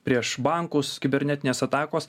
prieš bankus kibernetinės atakos